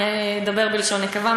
אני אדבר בלשון נקבה,